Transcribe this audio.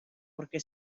porque